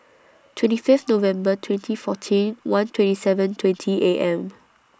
twenty Fifth November twenty fourteen one twenty seven twenty A M